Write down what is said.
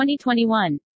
2021